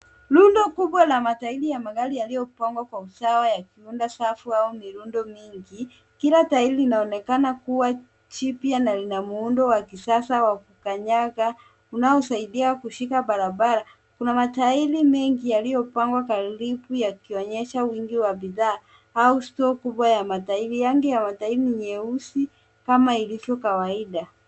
Rundo kubwa la matairi ya gari yaliyopangwa kwa usawa yakiunda safu au mirundo mingi. Kila tairi linaonekana kuwa jipya na lina muundo wa kisasa wa kukanyaga unaosaidia kushika barabara. Kuna matairi mengi yaliyopangwa karibu yakionyesha wingi wa bidhaa au store kubwa ya matairi. Rangi ya matairi ni nyeusi kama ilivyo kawaida.